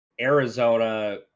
Arizona